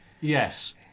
Yes